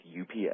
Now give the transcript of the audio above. UPS